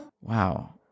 wow